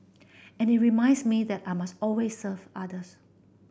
and it reminds me that I must always serve others